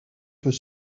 peut